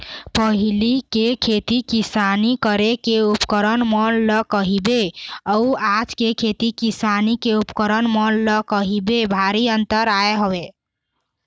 पहिली के खेती किसानी करे के उपकरन मन ल कहिबे अउ आज के खेती किसानी के उपकरन मन ल कहिबे भारी अंतर आय हवय